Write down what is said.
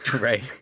right